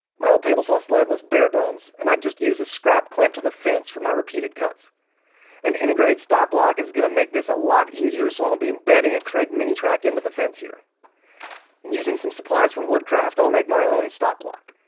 my old table saw sled was bare-bones and i just used a scrap clamp to the fence for my repeated cuts an integrated stop block is gonna make this a lot easier. so i'll be embedding a kreg mini track into the fence here and using some supplies from wood craft. i'll make my own stop block